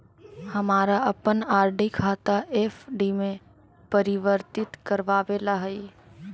हमारा अपन आर.डी खाता एफ.डी में परिवर्तित करवावे ला हई